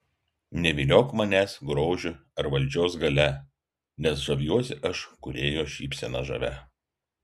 neviliok manęs grožiu ar valdžios galia nes žaviuosi aš kūrėjo šypsena žavia